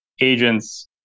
agents